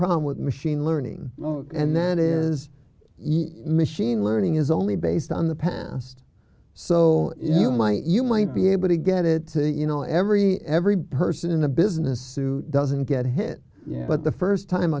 problem with machine learning and that is machine learning is only based on the past so you might you might be able to get it to you know every every burson in a business suit doesn't get hit yeah but the st time